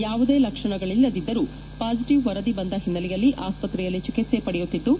ಯಾವುದೇ ಲಕ್ಷಣಗಳಲ್ಲದಿದ್ದರೂ ಪಾಸಿಟವ್ ವರದಿ ಬಂದ ಹಿನ್ನೆಲೆಯಲ್ಲಿ ಆಸ್ತ್ರೆಯಲ್ಲಿ ಚಿಕಿತ್ವೆ ಪಡೆಯುತ್ತಿದ್ದು